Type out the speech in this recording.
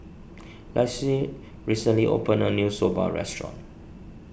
Laci recently opened a new Soba restaurant